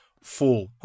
full